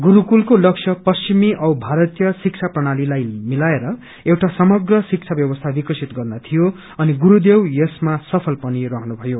गुरूकूलको लक्ष्य पश्चिमी ओ भारतीय शिक्षा प्रणालीलाई मिलाएर एउटा सम्रग शिक्षा व्यवस्था विकसित गर्न थियो अनि गुरूदेव यसमा सफल पनि रहनु भयो